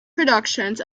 productions